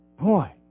boy